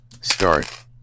Start